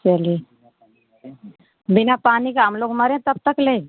चलिए बिना पानी का हम लोग मरें तब तक ले